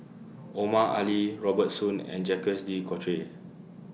Omar Ali Robert Soon and Jacques De Coutre